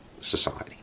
society